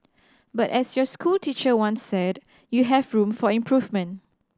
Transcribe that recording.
but as your school teacher once said you have room for improvement